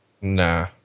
Nah